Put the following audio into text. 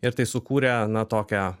ir tai sukūrė na tokią